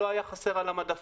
אז לא היה חסר על המדפים.